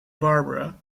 barbara